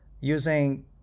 using